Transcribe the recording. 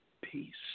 peace